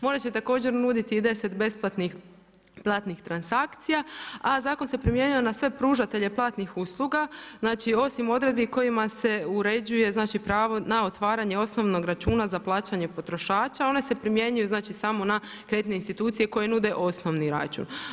Možda će također nuditi i deset besplatnih platnih transakcija a zakon se primijenio na sve pružatelje platnih usluga, znači osim odredbi kojima se uređuje znači pravo na otvaranje osnovnog računa za plaćanje potrošača, one se primjenjuju samo na kreditne institucije koje nude osnovni račun.